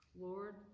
Lord